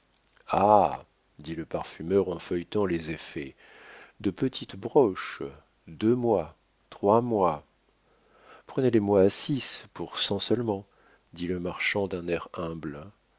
dit le parfumeur en feuilletant les effets de petites broches deux mois trois mois prenez-les moi à six pour cent seulement dit le marchand d'un air humble